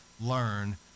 learn